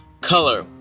color